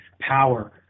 power